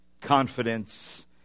confidence